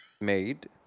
made